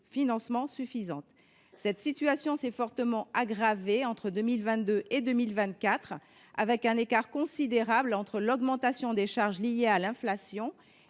d’autofinancement suffisante. Cette situation s’est fortement aggravée entre 2022 et 2024, l’écart entre l’augmentation des charges liée à l’inflation